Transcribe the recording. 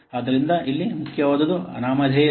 ಆದ್ದರಿಂದ ಇಲ್ಲಿ ಮುಖ್ಯವಾದುದು ಅನಾಮಧೇಯತೆ